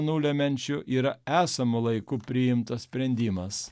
nulemiančiu ir esamu laiku priimtas sprendimas